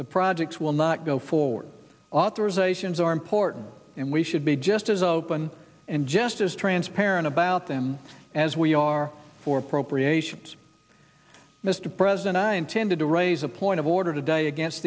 the projects will not go forward authorizations are important and we should be just as open and just as transparent about them as we are for appropriations mr president i intended to raise a point of order today against